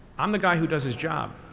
i'm the guy who does his job.